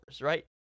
right